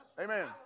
Amen